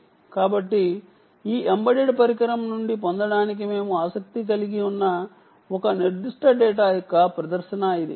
కాబట్టి ఈ ఎంబెడెడ్ పరికరం నుండి పొందటానికి మేము ఆసక్తి కలిగి ఉన్న ఒక నిర్దిష్ట డేటా యొక్క ప్రదర్శన ఇది